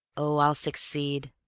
oh, i'll succeed,